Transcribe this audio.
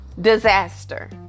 disaster